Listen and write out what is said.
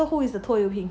so who is the 拖油瓶